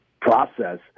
process